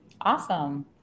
Awesome